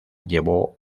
llevó